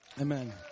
Amen